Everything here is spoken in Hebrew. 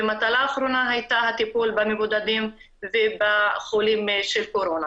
מטלה אחרונה הייתה הטיפול במבודדים ובחולים של קורונה.